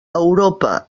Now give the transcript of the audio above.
europa